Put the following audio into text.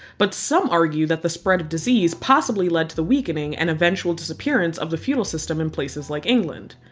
but some argue that the spread of disease possibly led to the weakening and eventual disappearance of the feudal system in places like england.